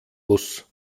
muss